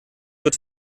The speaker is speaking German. wird